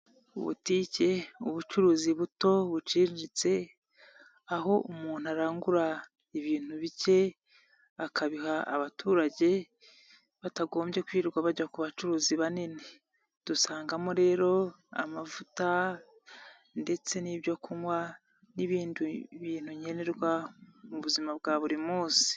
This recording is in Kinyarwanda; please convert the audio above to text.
Butike, ubucuruzi buto buciriritse, aho umuntu arangura ibintu bike, akabiha abaturage batagombye kwirirwa bajya ku bacuruzi banini, dusangamo rero amavuta ndetse n'ibyokunywa, n'ibindi bintu nkenerwa mu buzima bwa buri munsi.